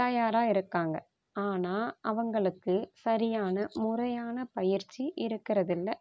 தயாராக இருக்காங்க ஆனால் அவங்களுக்கு சரியான முறையான பயிற்சி இருக்கிறது இல்லை